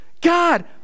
God